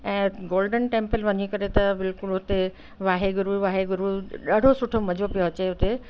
ऐं Golden Temple वञी करे त बिल्कुलु हुते वाहेगुरू वाहेगुरू ॾाढो सुठो मज़ो पियो अचे हुते